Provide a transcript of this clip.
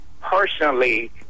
personally